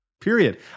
Period